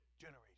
generation